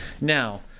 Now